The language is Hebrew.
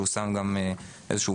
שהוא שם גם איזשהו פיבוט.